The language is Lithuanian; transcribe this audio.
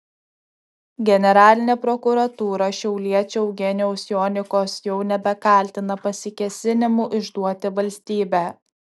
generalinė prokuratūra šiauliečio eugenijaus jonikos jau nebekaltina pasikėsinimu išduoti valstybę